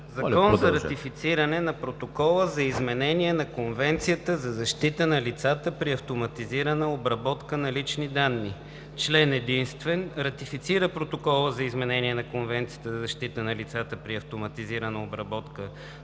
ЗАКОН за ратифициране на Протокола за изменение на Конвенцията за защита на лицата при автоматизираната обработка на лични данни Член единствен. Ратифицира Протокола за изменение на Конвенцията за защита на лицата при автоматизираната обработка на лични данни,